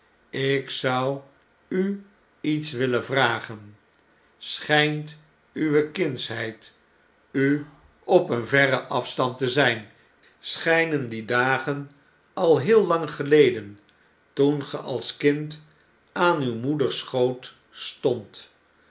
ik zou u iets willen vragen schn'nt uwe kindsheid u op een verren afstand te zjjn schn'nen die dagen al heel lang geleden toen ge als kind aan uw moeders schoot stondt